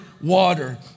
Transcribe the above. water